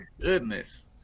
goodness